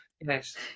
Yes